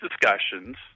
discussions